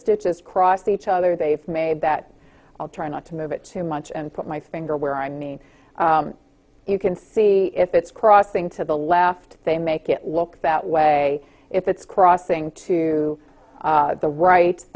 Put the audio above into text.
stitches crossed each other they've made that i'll try not to move it too much and put my finger where i mean you can see if it's crossing to the left they make it look that way if it's crossing to the right